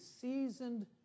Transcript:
seasoned